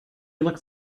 looked